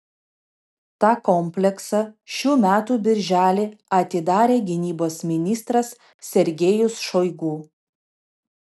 tą kompleksą šių metų birželį atidarė gynybos ministras sergejus šoigu